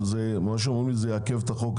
אבל אומרים לי שזה יעכב את החוק.